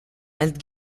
and